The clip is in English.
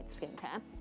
skincare